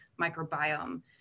microbiome